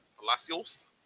Palacios